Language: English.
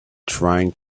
trying